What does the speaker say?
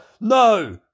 no